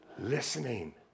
listening